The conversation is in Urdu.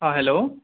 ہاں ہیلو